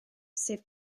sef